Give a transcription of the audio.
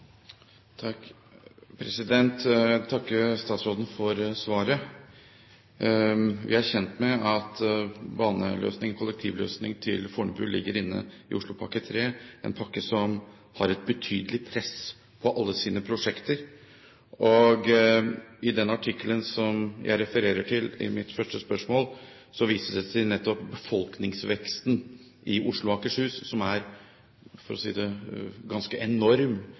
Fornebu ligger inne i Oslopakke 3, en pakke som har et betydelig press på alle sine prosjekter. I den artikkelen som jeg refererte til i mitt første spørsmål, vises det til nettopp befolkningsveksten i Oslo-Akershus, som vil være, for å si det slik, ganske enorm